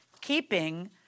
keeping